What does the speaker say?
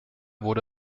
wurde